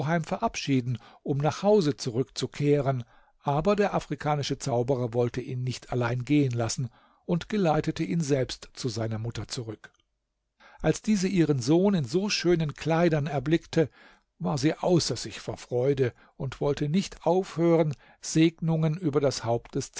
verabschieden um nach hause zurückzukehren aber der afrikanische zauberer wollte ihn nicht allein gehen lassen und geleitete ihn selbst zu seiner mutter zurück als diese ihren sohn in so schönen kleidern erblickte war sie außer sich vor freude und wollte nicht aufhören segnungen über das haupt des